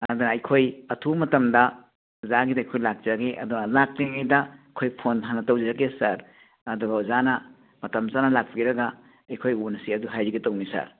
ꯑꯗꯨꯅ ꯑꯩꯈꯣꯏ ꯑꯊꯨꯕ ꯃꯇꯝꯗ ꯑꯣꯖꯥꯒꯤꯗ ꯑꯩꯈꯣꯏ ꯂꯥꯛꯆꯒꯦ ꯑꯗꯨꯒ ꯂꯥꯛꯇ꯭ꯔꯤꯉꯩꯗ ꯑꯩꯈꯣꯏ ꯐꯣꯟ ꯍꯥꯟꯅ ꯇꯧꯖꯔꯛꯀꯦ ꯁꯥꯔ ꯑꯗꯨꯒ ꯑꯣꯖꯥꯅ ꯃꯇꯝ ꯆꯥꯅ ꯂꯥꯛꯄꯤꯔꯒ ꯑꯩꯈꯣꯏꯒ ꯎꯅꯁꯤ ꯑꯗꯨ ꯍꯥꯏꯖꯒꯦ ꯇꯧꯕꯅꯤ ꯁꯥꯔ